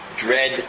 dread